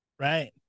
Right